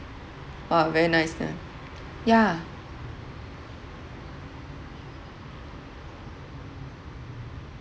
!wah! very nice ya yeah